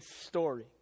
story